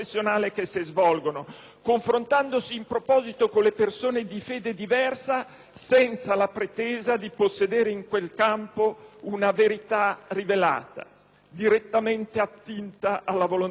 confrontandosi in proposito con le persone di fede diversa senza la pretesa di possedere in quel campo una verità rivelata, direttamente attinta dalla volontà divina. Anzi,